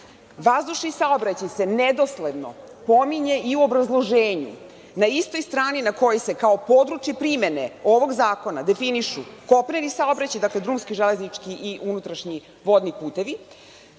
saobraćaj se nedosledno pominje i u obrazloženju na istoj strani na kojoj se kao područje primene ovog zakona definišu kopneni saobraćaj, dakle, drumski, železnički i unutrašnji vodni putevi,